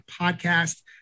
podcast